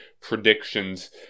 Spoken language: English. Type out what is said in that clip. predictions